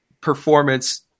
performance